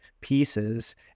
pieces